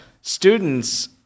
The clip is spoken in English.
students